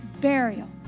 burial